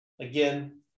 Again